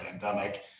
pandemic